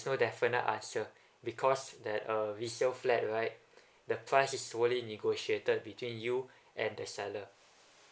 no definite answer because that a resale flat right the price is solely negotiated between you and the seller